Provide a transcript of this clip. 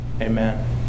Amen